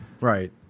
Right